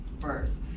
first